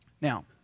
Now